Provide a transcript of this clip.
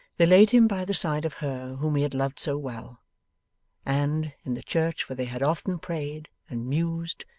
they laid him by the side of her whom he had loved so well and, in the church where they had often prayed, and mused,